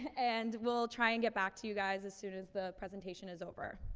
and we'll try and get back to you guys as soon as the presentation is over.